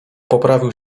poprawił